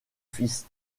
fils